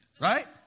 right